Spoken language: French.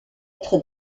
être